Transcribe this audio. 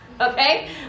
Okay